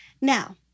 Now